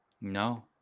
No